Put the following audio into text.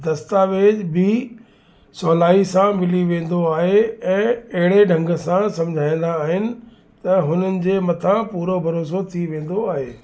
दस्तावेज़ बि सहुलाई सां मिली वेंदो आहे ऐं अहिड़े ढंग सां सम्झाईंदा आहिनि त हुननि जे मथां पूरो भरोसो थी वेंदो आहे